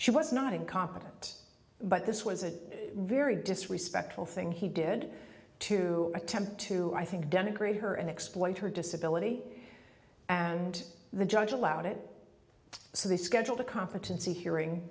she was not incompetent but this was a very disrespectful thing he did to attempt to i think denigrate her and exploit her disability and the judge allowed it so they scheduled a competency hearing